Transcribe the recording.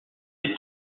des